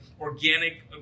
organic